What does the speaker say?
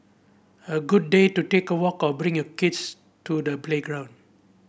a good day to take a walk or bring your kids to the playground